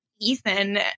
Ethan